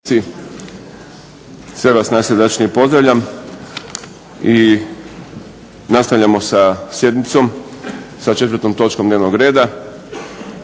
sve vas najsrdačnije pozdravljam i nastavljamo sa sjednicom sa 4. točkom dnevnog reda.